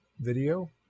video